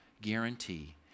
guarantee